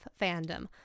fandom